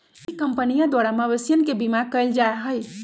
ई कंपनीया द्वारा मवेशियन के बीमा कइल जाहई